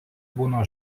būna